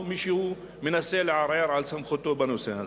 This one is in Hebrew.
או שמישהו מנסה לערער על סמכותו בנושא הזה.